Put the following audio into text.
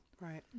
Right